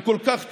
הוא כל כך טוב.